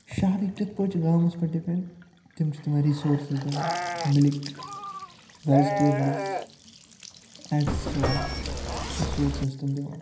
شَہرٕکۍ کِتھ پٲٹھۍ چھِ گامَس پٮ۪ٹھ ڈِپٮ۪نٛڈ تِم چھِ تِمَن رِسورسِز دِوان مِلِک وٮ۪جٹیبلٕز ایٹٕسٹرٛا رِسورسِز چھِ تِم دِوان